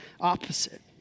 opposite